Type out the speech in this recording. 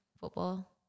football